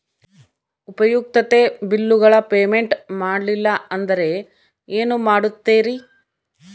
ಉಪಯುಕ್ತತೆ ಬಿಲ್ಲುಗಳ ಪೇಮೆಂಟ್ ಮಾಡಲಿಲ್ಲ ಅಂದರೆ ಏನು ಮಾಡುತ್ತೇರಿ?